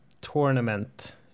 tournament